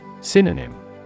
Synonym